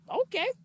Okay